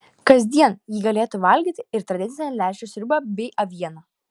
kasdien ji galėtų valgyti ir tradicinę lęšių sriubą bei avieną